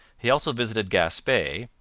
he also visited gaspe,